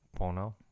Pono